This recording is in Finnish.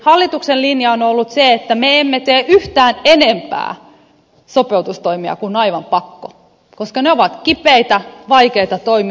hallituksen linja on ollut se että me emme tee yhtään enempää sopeutustoimia kuin on aivan pakko koska ne ovat kipeitä vaikeita toimia